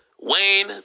Wayne